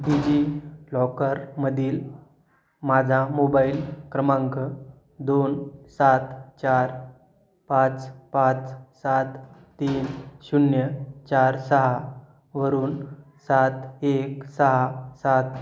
digi लॉकरमधील माझा mobile क्रमांक दोन सात चार पाच पाच सात तीन शून्य चार सहावरून सात एक सहा सात